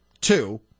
two